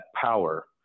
power